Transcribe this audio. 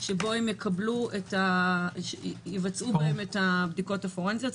שבו יבצעו בהם את הבדיקות הפורנזיות.